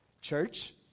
Church